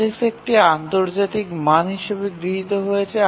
POSIX একটি আন্তর্জাতিক মান হিসাবে গৃহীত হয়েছে